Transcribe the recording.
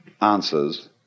answers